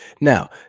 Now